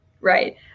Right